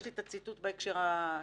יש לי את הציטוט בהקשר הספציפי.